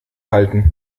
halten